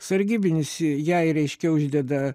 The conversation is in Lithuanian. sargybinis jai reiškia uždeda